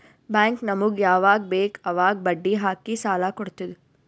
bank ನಮುಗ್ ಯವಾಗ್ ಬೇಕ್ ಅವಾಗ್ ಬಡ್ಡಿ ಹಾಕಿ ಸಾಲ ಕೊಡ್ತುದ್